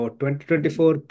2024